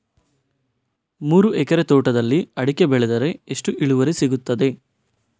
ಮೂರು ಎಕರೆ ತೋಟದಲ್ಲಿ ಅಡಿಕೆ ಬೆಳೆದರೆ ಎಷ್ಟು ಇಳುವರಿ ಸಿಗುತ್ತದೆ?